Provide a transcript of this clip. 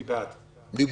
מי בעד הפיצול?